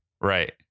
Right